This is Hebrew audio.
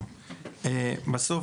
בסוף,